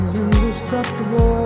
indestructible